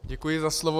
Děkuji za slovo.